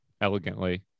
elegantly